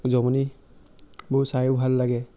জমনিবোৰ চাইয়ো ভাল লাগে